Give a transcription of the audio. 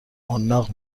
حناق